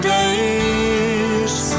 days